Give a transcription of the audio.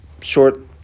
short